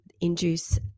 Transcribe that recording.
induce